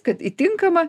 kad įtinkama